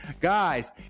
Guys